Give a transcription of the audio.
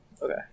Okay